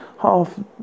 half